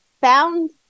found